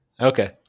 Okay